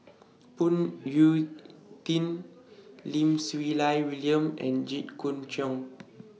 Phoon Yew Tien Lim Siew Lai William and Jit Koon Ch'ng